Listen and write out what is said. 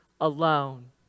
alone